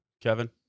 Kevin